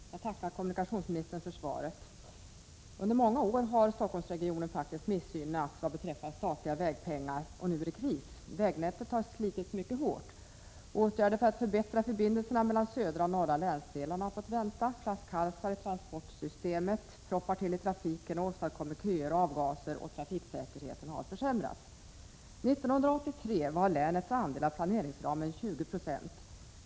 Herr talman! Jag tackar kommunikationsministern för svaret. Under många år har Stockholmsregionen faktiskt missgynnats vad beträffar statliga vägpengar, och nu är det kris. Vägnätet har slitits mycket hårt. Åtgärder för att förbättra förbindelserna mellan södra och norra länsdelarna har fått vänta, flaskhalsar i transportsystemet proppar till i trafiken och åstadkommer köer och avgaser, och trafiksäkerheten har försämrats. 1983 var länets andel av planeringsramen 20 26.